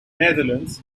netherlands